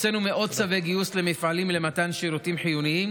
הוצאנו מאות צווי גיוס למפעלים למתן שירותים חיוניים